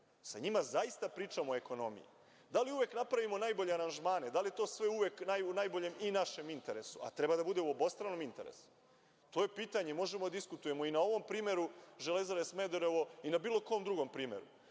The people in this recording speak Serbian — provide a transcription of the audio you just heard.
Sa njima zaista pričamo o ekonomiji. Da li uvek napravimo najbolje aranžmane, da li to uvek u našem interesu, a treba da bude u obostranom interesu? To je pitanje. Možemo da diskutujemo i na ovom primeru „Železare Smederevo“ i na bilo kom drugom primeru,